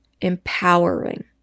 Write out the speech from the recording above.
empowering